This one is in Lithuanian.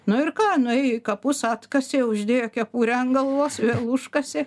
nu ir ką nuėjo į kapus atkasė uždėjo kepurę ant galvos vėl užkasė